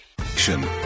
Action